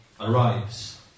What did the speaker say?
arrives